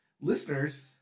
Listeners